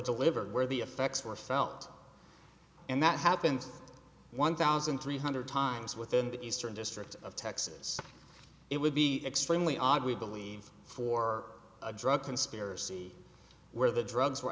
delivered where the effects were felt and that happened one thousand three hundred times within the eastern district of texas it would be extremely odd we believe for a drug conspiracy where the drugs were